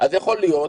אז יכול להיות,